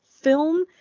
film